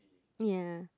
ya